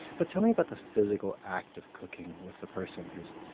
but tell me about the physical act of cooking with a person who's